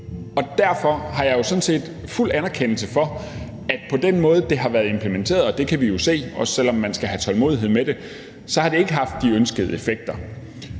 anerkender jeg sådan set fuldt ud, at det på den måde, det har været implementeret – det kan vi jo se, også selv om man skal have tålmodighed med det – ikke har haft de ønskede effekter.